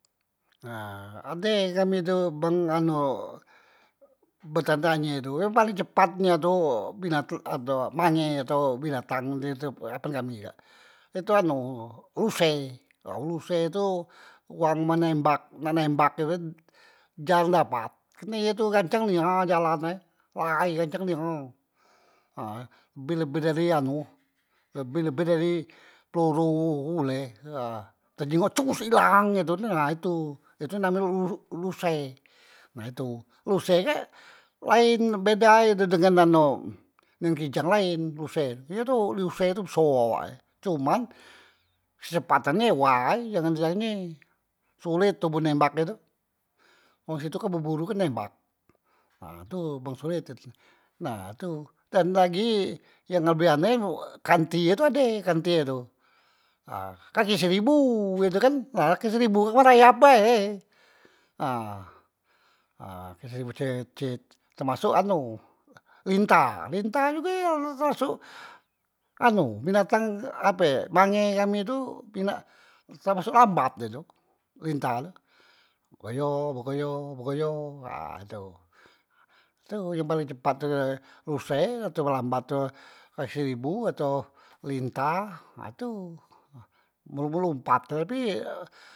Nah ade kami tu beng anu betanye- tanye tu yang paling cepat nyo tu binat anu mange atau binatang di teampat kami kak, itu anu ruse, ruse tu wang man nembak, nak nembak tu kan jarang dapat kerne ye tu gancang nia jalane, lahai gancang nia nah bi lebi dari anu lebi lebi dari peluru pule aaa te jingok cus ilang he tu na itu, itu namek e ruu ruse, nah itu ruse kak laen beda e tu dengan anu ngan kijang laen ruse, ye tu ruse tu beso awak e cuman kecepatane way jangan di tanye, solet tobo nembak e tu, wong situ kan beburu kan nembak, nah tu beng sulit tu, nah tu dan lagi yang lebih aneh kanti ye tu ade kanti e tu aah kaki seribu ye tu kan, nah kaki seribu merayap bae nah kaki seribo cet cet temasok anu lintah, lintah jugek temasok anu binatang ape mange kami tu bina temasok lambat ye tu, lintah tu, begoyo begoyo begoyo haa itu, itu yang paling cepat tu ye ruse, yang paling lambat tuh kaki seribu ato lintah, nah itu melumpat lumpat tapi.